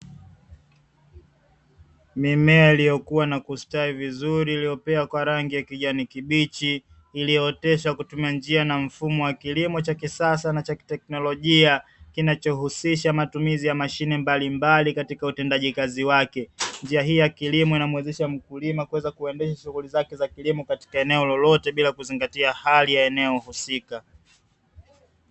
Mimea iliyokua na kustawi vizuri iliyopea kwa rangi ya kijani kibichi iliyooteshwa kwa kutumia njia na mfumo wa kilimo cha kisasa na cha kitekinolojia, kinachohusisha matumizi ya mashine mbalimbali katika utendaji kazi wake. Njia hii ya kilimo inamuwezesha mkulima kuweza kuendesha shughuli zake za kilimo katika eneo lolote bila kuzingatia hali ya eneo husika.